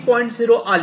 0 आले